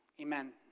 Amen